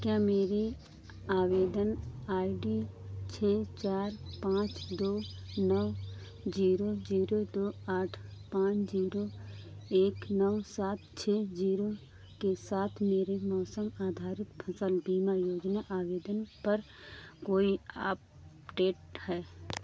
क्या आपके आवेदन आई डी छः चार पाँच दो नौ जीरो जीरो दो आठ पाँच जीरो एक नौ सात छः जीरो के साथ आपके मौसम आधारित फसल बीमा योजना आवेदन पर कोई अपडेट है